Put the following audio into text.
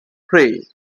pray